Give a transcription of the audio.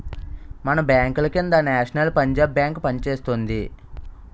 మన బాంకుల కింద నేషనల్ పంజాబ్ బేంకు పనిచేస్తోంది